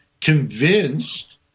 convinced